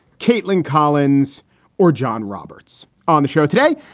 caitlin collins or john roberts on the show today.